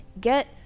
get